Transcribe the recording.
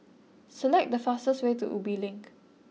select the faster way to Ubi Link